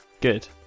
good